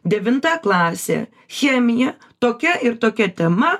devinta klasė chemija tokia ir tokia tema